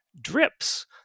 DRIPS